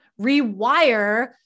rewire